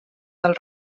del